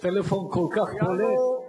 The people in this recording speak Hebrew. הטלפון כל כך בולט.